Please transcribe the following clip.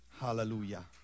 Hallelujah